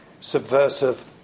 subversive